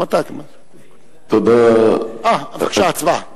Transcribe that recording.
בבקשה, הצבעה.